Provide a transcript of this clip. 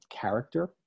character